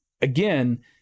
again